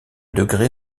degré